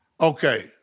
Okay